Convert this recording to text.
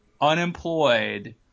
unemployed